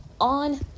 on